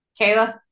Kayla